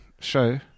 show